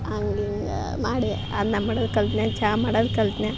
ಹಾಂಗಿಂಗಿ ಮಾಡಿ ಅನ್ನ ಮಾಡದು ಕಲ್ತ್ನೆ ಚಾ ಮಾಡದು ಕಲ್ತ್ನೆ